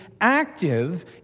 active